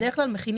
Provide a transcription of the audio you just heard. בסעיף קטן (ג)(1) המוצע,